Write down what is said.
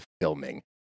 filming